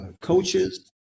coaches